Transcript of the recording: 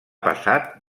passat